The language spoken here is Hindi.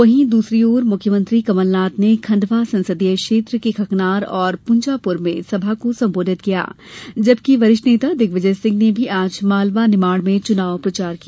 वहीं दूसरी ओर मुख्यमंत्री कमलनाथ ने खंडवा संसदीय क्षेत्र के खकनार और पुंजापुर में सभा को संबोधित किया जबकि वरिष्ठ नेता दिग्विजय सिंह ने भी आज मालवा निमाड़ में चुनाव प्रचार किया